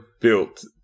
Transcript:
built